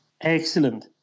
Excellent